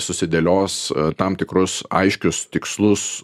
susidėlios tam tikrus aiškius tikslus